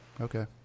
Okay